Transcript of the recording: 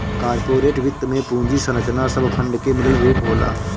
corporate वित्त में पूंजी संरचना सब फंड के मिलल रूप होला